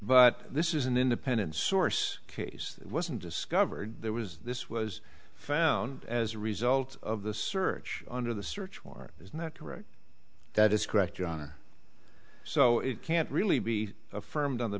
but this is an independent source case wasn't discovered there was this was found as a result of the search under the search warrant is not correct that is correct john so it can't really be affirmed on the